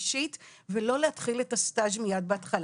אישית ולא להתחיל אל הסטאז' מיד בהתחלה.